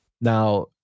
Now